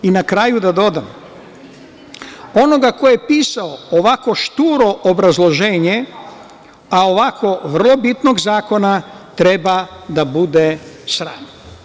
Na kraju da dodam onoga ko je pisao ovako šturo obrazloženje, a ovako vrlo bitnog zakona, treba da bude sram.